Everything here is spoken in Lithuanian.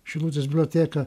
šilutės biblioteka